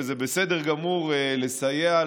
וזה בסדר גמור לסייע,